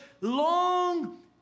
long